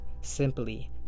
simply